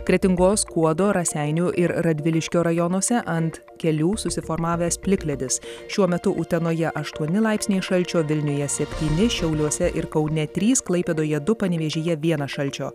kretingos skuodo raseinių ir radviliškio rajonuose ant kelių susiformavęs plikledis šiuo metu utenoje aštuoni laipsniai šalčio vilniuje septyni šiauliuose ir kaune trys klaipėdoje du panevėžyje vienas šalčio